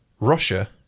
Russia